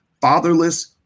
fatherless